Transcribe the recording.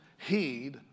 Heed